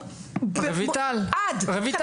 עד.